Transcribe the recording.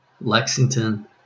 Lexington